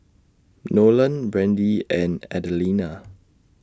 Nolen Brandi and Adelina